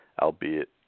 albeit